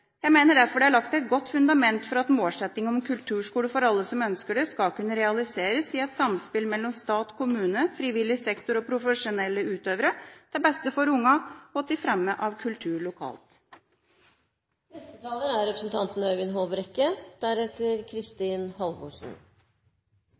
Jeg mener derfor det er lagt et godt fundament for at målsettingen om en kulturskole for alle som ønsker det, skal kunne realiseres i et samspill mellom stat, kommune, frivillig sektor og profesjonelle utøvere – til beste for ungene og til fremme av kultur lokalt. Det er